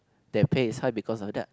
their pay is high because of that